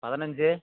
பதினஞ்சு